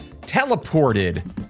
teleported